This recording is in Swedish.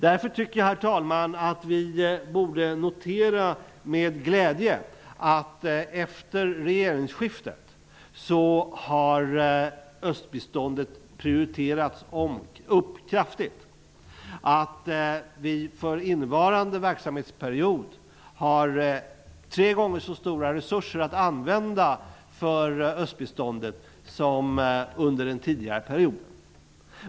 Därför tycker jag, herr talman, att vi med glädje borde notera att östbiståndet efter regeringsskiftet kraftigt prioriterats, att vi för innevarande verksamhetsperiod har tre gånger så stora resurser att använda till östbiståndet som under den tidigare.